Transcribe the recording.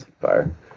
fire